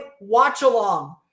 watch-along